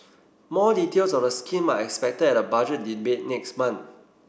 more details of the scheme are expected at the Budget Debate next month